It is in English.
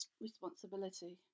responsibility